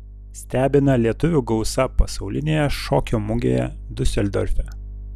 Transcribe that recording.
stebina lietuvių gausa pasaulinėje šokio mugėje diuseldorfe